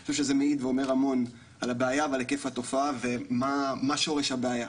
אני חושב שזה אומר המון על הבעיה ועל היקף התופעה ועל מה שורש הבעיה.